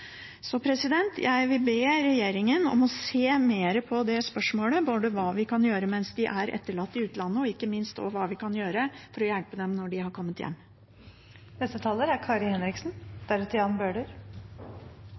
Jeg vil be regjeringen om å se mer på det spørsmålet, både hva vi kan gjøre mens de er etterlatt i utlandet, og ikke minst hva vi kan gjøre for å hjelpe dem når de har kommet hjem. Negativ sosial kontroll og sosialt og kulturelt press gjennom psykisk og fysisk æresvold er